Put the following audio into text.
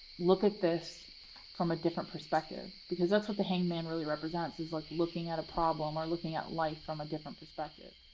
look at this from a different perspective, because that's what the hanged man really represents is like looking at a problem or looking at life from a different perspective.